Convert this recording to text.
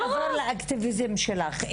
זה בהמשך לאקטיביזם שלך.